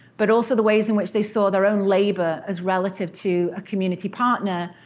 but also the ways in which they saw their own labor as relative to a community partner,